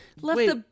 Wait